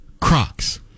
crocs